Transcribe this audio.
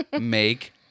make